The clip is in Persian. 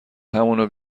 همونو